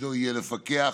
שתפקידו יהיה לפקח